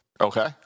Okay